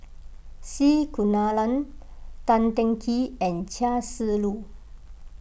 C Kunalan Tan Teng Kee and Chia Shi Lu